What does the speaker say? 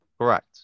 Correct